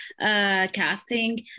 casting